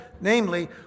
namely